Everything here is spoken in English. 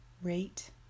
Rate